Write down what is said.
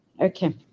Okay